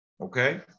okay